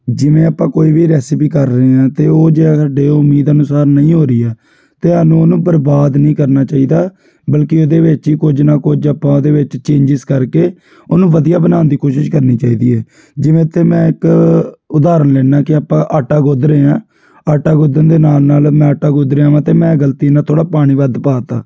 ਜਿਵੇਂ ਆਪਾਂ ਕੋਈ ਵੀ ਰੈਸਿਪੀ ਕਰ ਰਹੇ ਹਾਂ ਅਤੇ ਉਹ ਜੇ ਸਾਡੇ ਉਮੀਦ ਅਨੁਸਾਰ ਨਹੀਂ ਹੋ ਰਹੀ ਹੈ ਤਾਂ ਸਾਨੂੰ ਉਹਨੂੰ ਬਰਬਾਦ ਨਹੀਂ ਕਰਨਾ ਚਾਹੀਦਾ ਬਲਕਿ ਉਹਦੇ ਵਿੱਚ ਹੀ ਕੁਝ ਨਾ ਕੁਝ ਆਪਾਂ ਉਹਦੇ ਵਿੱਚ ਚੇਂਜਿਸ ਕਰਕੇ ਉਹਨੂੰ ਵਧੀਆ ਬਣਾਉਣ ਦੀ ਕੋਸ਼ਿਸ਼ ਕਰਨੀ ਚਾਹੀਦੀ ਹੈ ਜਿਵੇਂ ਇੱਥੇ ਮੈਂ ਇੱਕ ਉਦਾਹਰਣ ਲੈਂਦਾ ਕਿ ਆਪਾਂ ਆਟਾ ਗੁੱਧ ਰਹੇ ਹਾਂ ਆਟਾ ਗੁੱਧਨ ਦੇ ਨਾਲ ਨਾਲ ਮੈਂ ਆਟਾ ਗੁੱਧ ਰਿਹਾ ਵਾਂ ਅਤੇ ਮੈਂ ਗ਼ਲਤੀ ਨਾਲ ਥੋੜ੍ਹਾ ਪਾਣੀ ਵੱਧ ਪਾਤਾ